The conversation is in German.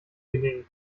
gelingen